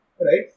right